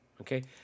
Okay